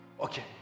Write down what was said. Okay